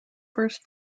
first